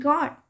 God